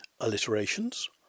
Alliterations